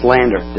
Slander